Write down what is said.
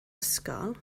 ysgol